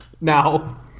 now